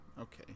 Okay